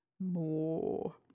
More